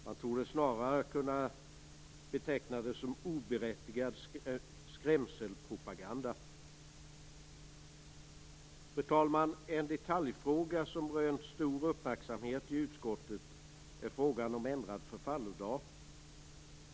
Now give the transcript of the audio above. Man torde snarare kunna beteckna det som oberättigad skrämselpropaganda. Fru talman! En detaljfråga som rönt stor uppmärksamhet i utskottet är frågan om ändrad förfallodag.